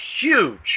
huge